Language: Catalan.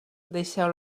deixeu